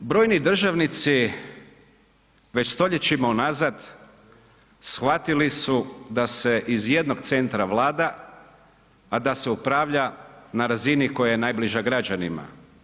Brojni državnici već stoljećima unazad shvatili su da se iz jednog centra vlada, a da se upravlja na razini koja je najbliža građanima.